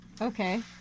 Okay